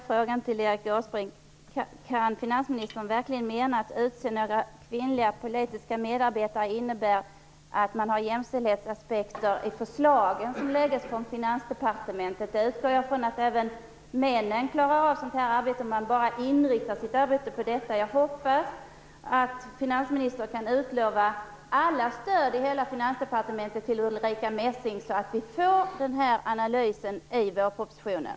Fru talman! Kan finansministern verkligen mena att utseende av kvinnliga politiska medarbetare innebär att man har jämställdhetsaspekt i de förslag som läggs fram från Finansdepartementet? Jag utgår från att även männen klarar av sådant om man bara inriktar sitt arbete på det. Jag hoppas att finansministern kan utlova allas stöd i hela Finansdepartementet till Ulrica Messing så att vi får analysen i vårpropositionen.